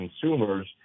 consumers